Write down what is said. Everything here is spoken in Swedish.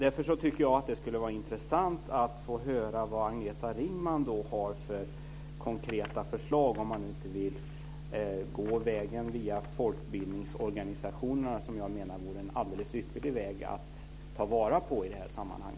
Jag tycker att det skulle vara intressant att höra vilka konkreta förslag Agneta Ringman har, om man inte vill gå fram via folkbildningsorganisationerna, vilket jag tycker vore en alldeles ypperlig väg i detta sammanhang.